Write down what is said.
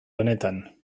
honetan